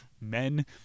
men